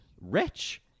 rich